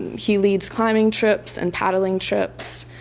he leads climbing trips and paddling trips.